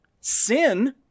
Sin